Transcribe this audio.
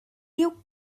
you